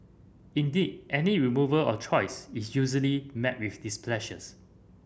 indeed any removal of choice is usually met with displeasures